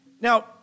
Now